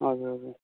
हजुर हजुर